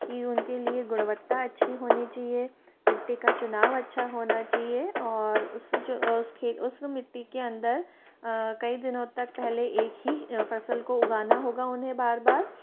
कि उनके लिए गुड़वत्ता अच्छी होनी चाहिए मिट्टी का चुनाव अच्छा होना चाहिए और उस मिट्टी के अंदर कई दिनों तक पहले एक ही फसल को उगाना होगा उन्हें बार बार